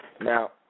Now